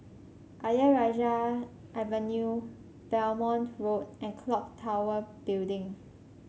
Ayer Rajah Avenue Belmont Road and clock Tower Building